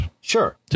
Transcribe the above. Sure